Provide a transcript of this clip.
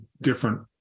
different